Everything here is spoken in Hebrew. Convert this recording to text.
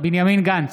בנימין גנץ,